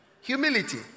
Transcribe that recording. humility